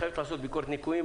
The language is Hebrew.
את חייבת לעשות ביקורת ניכויים,